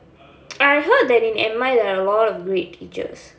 I heard that in M_I there are a lot of great teachers